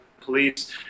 police